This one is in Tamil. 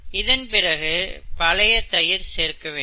இதன் பிறகு பழைய தயிர் சேர்க்க வேண்டும்